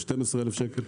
12,000 שקל.